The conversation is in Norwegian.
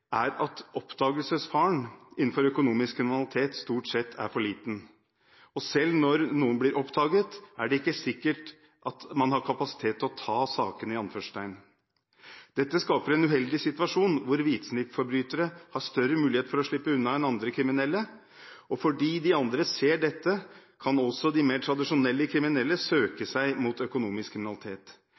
er at oppdagelsesfaren innenfor økonomisk kriminalitet stort sett er for liten, og selv når noen blir oppdaget, er det ikke sikkert at man har kapasitet til «å ta» sakene. Dette skaper en uheldig situasjon hvor hvitsnippforbrytere har større mulighet for å slippe unna enn andre kriminelle, og fordi de andre ser dette, kan også de mer tradisjonelle kriminelle søke seg mot økonomisk kriminalitet.